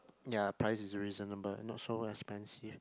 ya price is reasonable not so expensive